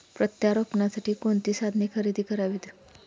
प्रत्यारोपणासाठी कोणती साधने खरेदी करावीत?